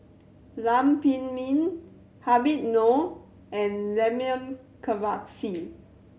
Lam Pin Min Habib Noh and Milenko Prvacki